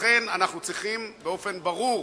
לכן, אנחנו צריכים באופן ברור